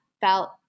felt